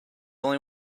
only